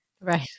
Right